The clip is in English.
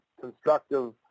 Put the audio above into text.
constructive